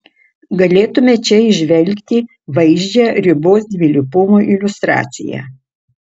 galėtume čia įžvelgti vaizdžią ribos dvilypumo iliustraciją